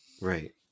right